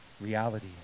reality